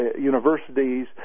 universities